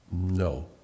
No